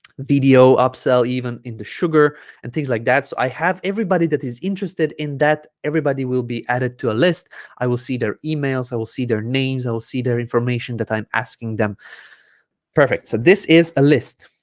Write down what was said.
video upsell even in the sugar and things like that so i have everybody that is interested in that everybody will be added to a list i will see their emails i will see their names i will see their information that i'm asking them perfect so this is a list